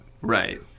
Right